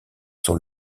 sont